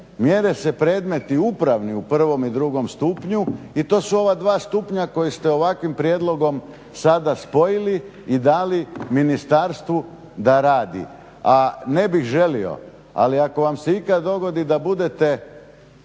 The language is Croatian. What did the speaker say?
mjere se predmeti upravni u prvom i drugom stupnju i to su ova dva stupnja koje ste ovakvim prijedlogom sada spojili i dali ministarstvu da radi. A ne bih želio, ali ako vam se ikad dogodi da budete